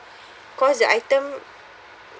cause the item